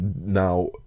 Now